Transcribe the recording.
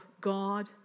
God